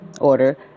order